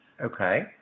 okay